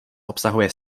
obsahuje